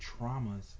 traumas